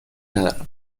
ندارم